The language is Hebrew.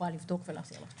יכולה לבדוק ולהחזיר לך תשובה.